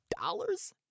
dollars